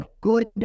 good